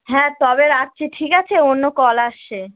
হ্যাঁ তবে রাখছি ঠিক আছে অন্য কল আসছে